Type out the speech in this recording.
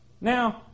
Now